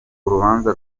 urubanza